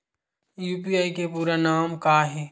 UPI के पूरा नाम का ये?